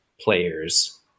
players